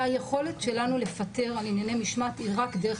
היכולת שלנו לפטר על ענייני משמעת היא רק דרך